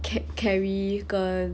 cat carri 跟